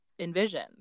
envisions